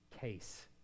case